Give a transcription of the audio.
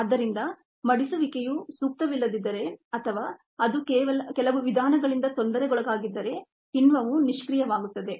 ಆದ್ದರಿಂದ ಮಡಿಸುವಿಕೆಯು ಸೂಕ್ತವಲ್ಲದಿದ್ದರೆ ಅಥವಾ ಅದು ಕೆಲವು ವಿಧಾನಗಳಿಂದ ತೊಂದರೆಗೊಳಗಾಗಿದ್ದರೆ ಕಿಣ್ವವು ನಿಷ್ಕ್ರಿಯವಾಗುತ್ತದೆ